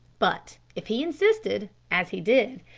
but if he insisted, as he did,